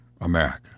America